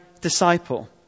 disciple